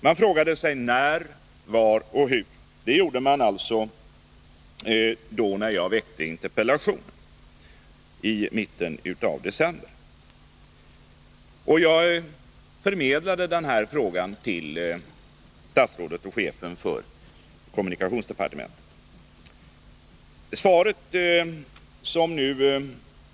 Man frågade sig när, var och hur — det gjorde man alltså när jag väckte interpellationen i mitten av december. Jag förmedlade denna fråga till statsrådet och chefen för kommunikationsdepartementet.